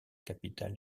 capitale